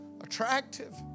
attractive